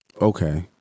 Okay